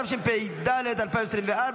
התשפ"ד 2024,